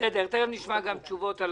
תיכף נשמע תשובות.